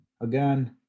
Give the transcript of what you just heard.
again